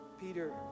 Peter